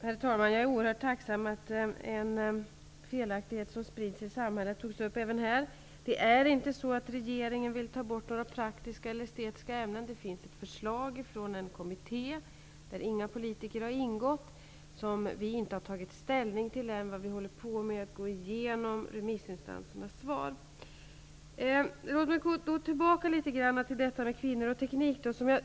Herr talman! Jag är oerhört tacksam för att en felaktighet som sprids i samhället togs upp även här. Regeringen vill inte ta bort några praktiska eller estetiska ämnen. Det finns ett förslag från en kommitté, där inga politiker har ingått, som vi inte har tagit ställning till ännu. Vi håller på att gå igenom remissinstansernas svar. Låt mig gå tillbaka till frågan om kvinnor och teknik.